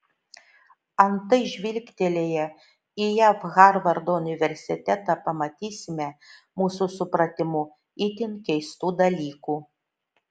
antai žvilgtelėję į jav harvardo universitetą pamatysime mūsų supratimu itin keistų dalykų